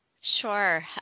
Sure